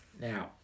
Now